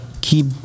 keep